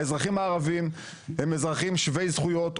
האזרחים הערבים הם אזרחים שווי זכויות,